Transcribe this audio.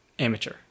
Amateur